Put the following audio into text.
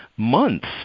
months